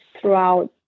throughout